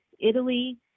Italy